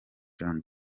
john